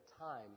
time